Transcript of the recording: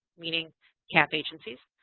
meaning cap agencies,